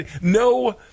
no